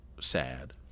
sad